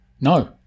No